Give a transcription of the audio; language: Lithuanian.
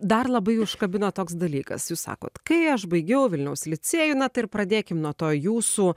dar labai užkabino toks dalykas jūs sakot kai aš baigiau vilniaus licėjų na tai ir pradėkim nuo to jūsų